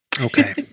Okay